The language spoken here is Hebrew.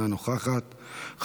אינה נוכחת,